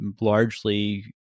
largely